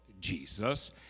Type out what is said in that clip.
Jesus